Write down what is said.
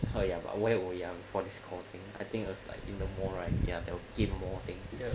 好 ya but we're we're young for this kind of thing I think is like in the more right ya they'll get more thing know